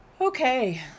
Okay